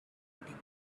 getting